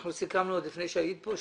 אנחנו סיכמנו עוד לפני שהיית כאן.